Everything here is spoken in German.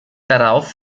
darauf